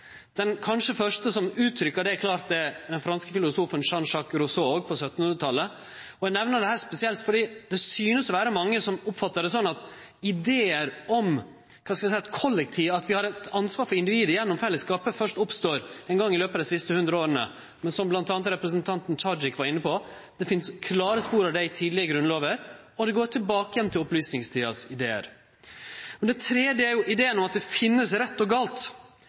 Den første som uttrykte det klart er kanskje den franske filosofen Jean-Jacques Rousseau – òg på 1700-talet. Eg nemner dette spesielt, for det synest å vere mange som oppfattar det sånn at idear om at vi har eit ansvar for individet gjennom fellesskapet først oppstod ein gong i løpet av dei siste hundra åra, men som m.a. representanten Tajik var inne på, finst det klare spor av dette i tidlege grunnlover, og det går tilbake igjen til ideane frå opplysningstida. Den tredje er ideen om at det finst rett og galt